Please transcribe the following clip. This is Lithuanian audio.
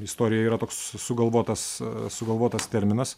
istorija yra toks s sugalvotas sugalvotas terminas